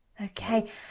Okay